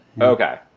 Okay